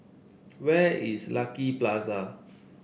where is Lucky Plaza